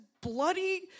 bloody